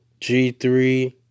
G3